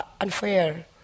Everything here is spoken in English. unfair